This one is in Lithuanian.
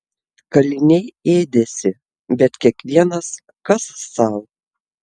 kaliniai ėdėsi bet kiekvienas kas sau